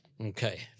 Okay